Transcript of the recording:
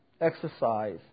exercise